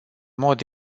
mod